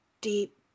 deep